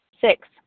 Six